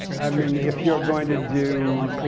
i mean if you're going to do